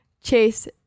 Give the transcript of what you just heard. Chase